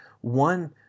One